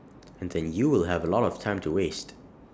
and then you will have A lot of time to waste